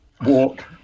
walk